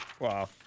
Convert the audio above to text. Wow